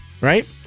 Right